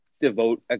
devote